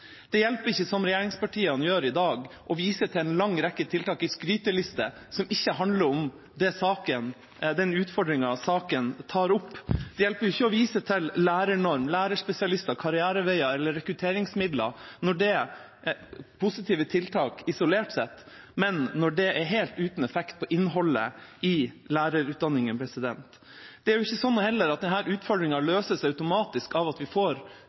Det hjelper ikke, som regjeringspartiene gjør i dag, å vise til en lang rekke tiltak på en skryteliste som ikke handler om den utfordringen saken tar opp. Det hjelper ikke å vise til lærernorm, lærerspesialister, karriereveier eller rekrutteringsmidler, som er positive tiltak isolert sett, når de er helt uten effekt for innholdet i lærerutdanningen. Det er heller ikke slik at denne utfordringen løses automatisk av at vi får